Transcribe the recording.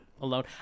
alone